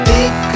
Big